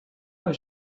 was